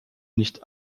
nicht